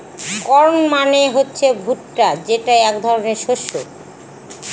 corn মানে হচ্ছে ভুট্টা যেটা এক ধরনের শস্য